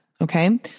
Okay